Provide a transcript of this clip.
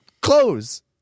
clothes